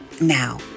Now